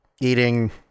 eating